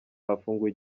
hafunguwe